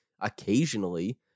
Occasionally